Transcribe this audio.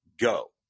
go